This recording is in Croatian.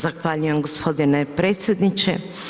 Zahvaljujem gospodine predsjedniče.